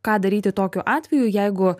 ką daryti tokiu atveju jeigu